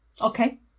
Okay